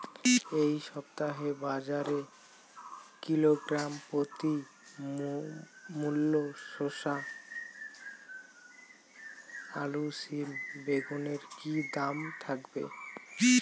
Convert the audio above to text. এই সপ্তাহে বাজারে কিলোগ্রাম প্রতি মূলা শসা আলু সিম বেগুনের কী দাম থাকবে?